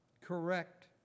correct